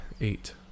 eight